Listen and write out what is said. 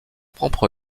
propre